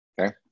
okay